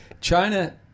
China